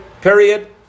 period